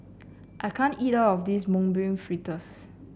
I can't eat all of this Mung Bean Fritters